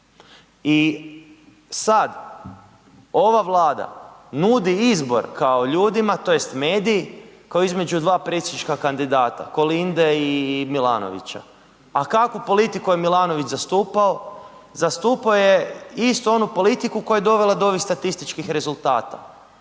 I sad ova Vlada nudi izbor kao ljudima tj. mediji kao između dva predsjednička kandidata Kolinde i Milanovića. A kakvu politiku je Milanović zastupao? Zastupao je istu onu politiku koja je dovela do ovih statističkih rezultata,